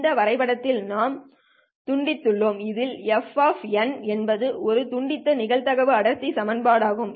இந்த வரைபடத்தில் நாம் துண்டித்துள்ளோம் இதில் f என்பது நாம் துண்டித்த நிகழ்தகவு அடர்த்தி செயல்பாடு ஆகும்